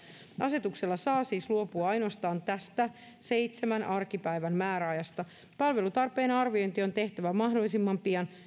asetuksella saa siis luopua ainoastaan tästä seitsemän arkipäivän määräajasta palvelutarpeen arviointi on tehtävä mahdollisimman pian